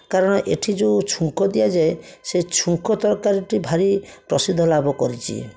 କାରଣ ଏଇଠି ଯେଉଁ ଛୁଙ୍କ ଦିଆଯାଏ ସେ ଛୁଙ୍କ ତରକାରୀଟିଏ ଭାରି ପ୍ରସିଦ୍ଧ ଲାଭ କରିଛି